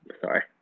Sorry